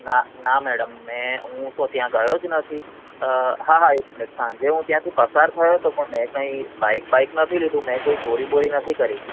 ના ના મેડમ મેં હું તો ત્યાં ગયો જ નથી હા હા એક મિનિટ સાંજે હું ત્યાંથી પસાર થયો હતો પણ મેં કાંઇ બાઇક બાઇક નથી લીધું મેં કોઈ ચોરી બોરી નથી કરી